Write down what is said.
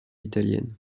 italienne